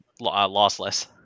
lossless